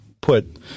put